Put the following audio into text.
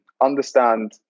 understand